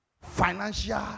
financial